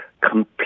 complete